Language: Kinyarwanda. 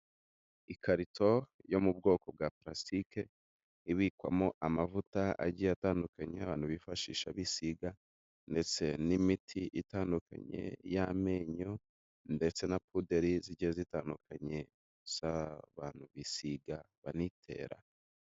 Ikarito yo mu bwoko bwa parasitike, ibikwamo amavuta agiye atandukanye, ayo abantu bifashisha bisiga, ndetse n'imiti itandukanye y'amenyo, ndetse na puderi zigiye zitandukanye z'abantu bisiga, banitera.